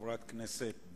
שהועלתה